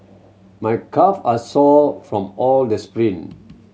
my calve are sore from all the sprint